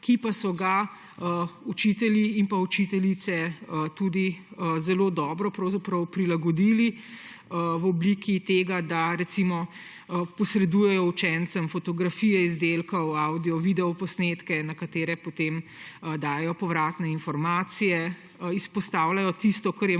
ki pa so ga učitelji in učiteljice tudi zelo dobro prilagodili, da recimo posredujejo učencem fotografije izdelkov, avdio- in videoposnetke, na katere potem dajejo povratne informacije, izpostavljajo tisto, kar je